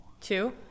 two